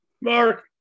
Mark